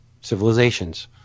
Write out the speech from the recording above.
civilizations